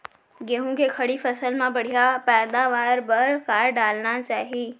गेहूँ के खड़ी फसल मा बढ़िया पैदावार बर का डालना चाही?